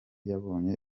yabonye